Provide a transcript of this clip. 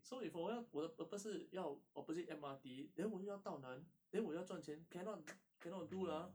so if 我要我的 purpose 是要 opposite M_R_T then 我又要道南 then 我要赚钱 cannot cannot do lah